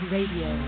Radio